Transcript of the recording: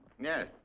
Yes